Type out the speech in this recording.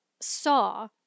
saw